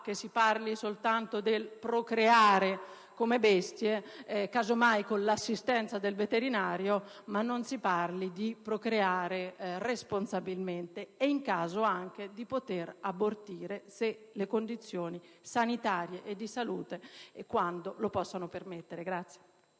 che si parli soltanto del procreare come bestie, casomai con l'assistenza del veterinario, e non si parli di procreare responsabilmente e, in caso, anche di poter abortire se le condizioni sanitarie e di salute lo permettono.